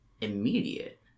immediate